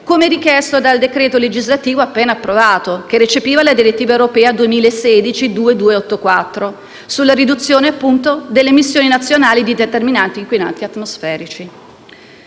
come richiesto dal decreto legislativo appena approvato, che recepiva la direttiva europea 2016/2284 sulla riduzione delle emissioni nazionali di determinati inquinanti atmosferici.